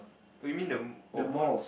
oh you mean the mo~ more